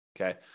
Okay